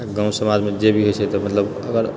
आ गाँव समाजमे जे भी होइत छै तऽ मतलब अगर